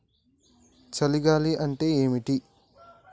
చలి గాలి అంటే ఏమిటి?